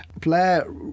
Blair